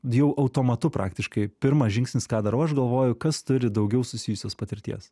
jau automatu praktiškai pirmas žingsnis ką darau aš galvoju kas turi daugiau susijusios patirties